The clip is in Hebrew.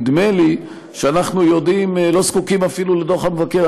נדמה לי שאנחנו לא זקוקים אפילו לדוח המבקר.